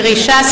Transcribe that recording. קרי ש"ס,